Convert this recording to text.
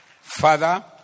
father